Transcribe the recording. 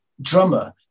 drummer